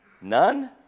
None